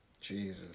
jesus